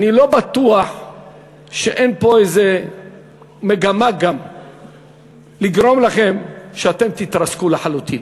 אני לא בטוח שאין פה איזה מגמה גם לגרום לכם שאתם תתרסקו לחלוטין.